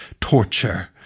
torture